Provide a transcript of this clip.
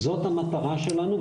זאת המטרה שלנו.